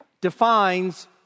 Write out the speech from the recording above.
defines